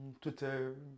Twitter